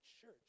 church